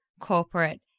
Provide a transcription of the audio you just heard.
corporate